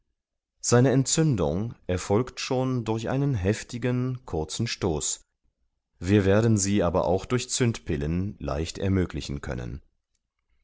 seine entzündung erfolgt schon durch einen heftigen kurzen stoß wir werden sie aber auch durch zündpillen leicht ermöglichen können